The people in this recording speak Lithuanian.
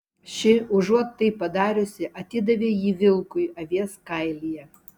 ši užuot tai padariusi atidavė jį vilkui avies kailyje